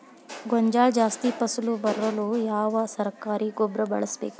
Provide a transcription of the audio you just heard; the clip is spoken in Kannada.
ಗೋಂಜಾಳ ಜಾಸ್ತಿ ಫಸಲು ಬರಲು ಯಾವ ಸರಕಾರಿ ಗೊಬ್ಬರ ಬಳಸಬೇಕು?